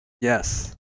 Yes